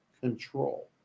control